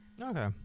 Okay